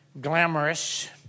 glamorous